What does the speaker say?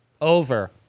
over